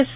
yes